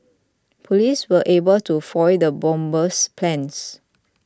police were able to foil the bomber's plans